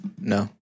No